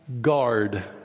guard